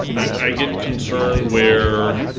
i get concerned where,